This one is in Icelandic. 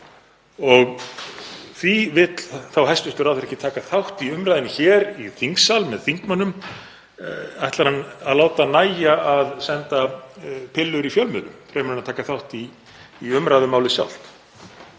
Því vill hæstv. ráðherra ekki taka þátt í umræðunni hér í þingsal með þingmönnum? Ætlar hann að láta nægja að senda pillur í fjölmiðlum fremur en að taka þátt í umræðu um málið sjálft?